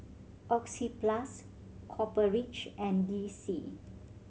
Oxyplus Copper Ridge and D C